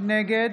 נגד